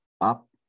up